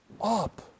up